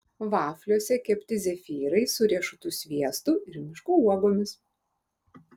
vafliuose kepti zefyrai su riešutų sviestu ir miško uogomis